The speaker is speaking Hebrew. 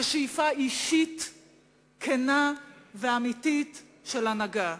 כשאיפה אישית כנה ואמיתית של הנהגה.